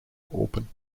open